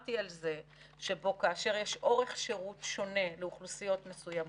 דיברתי על זה שכאשר יש אורך שירות שונה לאוכלוסיות מסוימות,